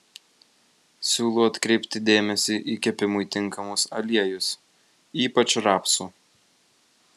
siūlau atkreipti dėmesį į kepimui tinkamus aliejus ypač rapsų